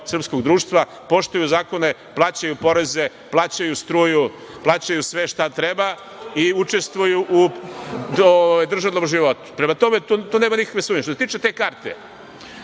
srpskog društva, poštuju zakone, plaćaju poreze, plaćaju struju, plaćaju sve šta treba i učestvuju u državnom životu. Prema tome, u to nema nikakve sumnje. Što se tiče te karte,